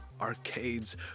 Arcades